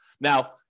Now